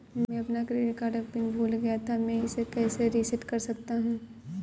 मैं अपना credit card pin भूल गया था मैं इसे कैसे रीसेट कर सकता हूँ?